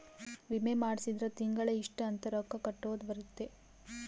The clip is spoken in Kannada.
ವಿಮೆ ಮಾಡ್ಸಿದ್ರ ತಿಂಗಳ ಇಷ್ಟ ಅಂತ ರೊಕ್ಕ ಕಟ್ಟೊದ ಇರುತ್ತ